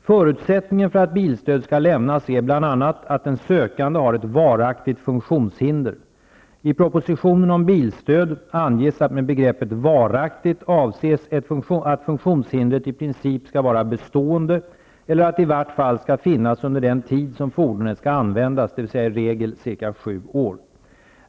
Förutsättningen för att bilstöd skall lämnas är bl.a. propositionen om bilstöd anges att med begreppet varaktigt avses att funktionshindret i princip skall vara bestående eller att det i vart fall skall finnas under den tid som fordonet skall användas, dvs. i regel cirka sju år.